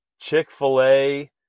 Chick-fil-A